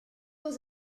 was